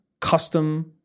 custom